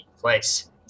place